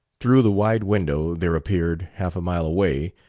through the wide window there appeared, half a mile away,